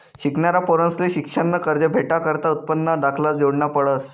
शिकनारा पोरंसले शिक्शननं कर्ज भेटाकरता उत्पन्नना दाखला जोडना पडस